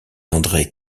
andré